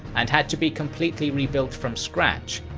and had to be completely rebuilt from scratch,